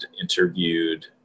interviewed